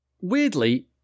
Weirdly